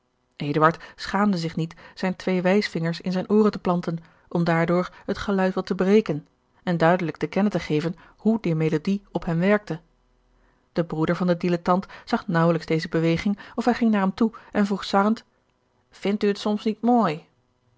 schaamde zich niet zijne twee wijsvingers in zijne ooren te planten om daardoor het geluid wat te breken en duidelijk te kennen te geven hoe die melodie op hem werkte de broeder van den dilettant zag naauwelijks deze beweging of hij ging naar hem toe en vroeg sarrend vindt u het soms niet mooi